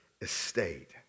estate